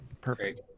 Perfect